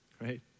right